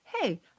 hey